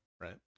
right